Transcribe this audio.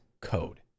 code